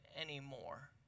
anymore